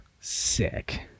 sick